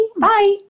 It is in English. Bye